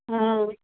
অঁ